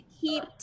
keep